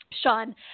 Sean